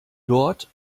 dort